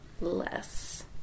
less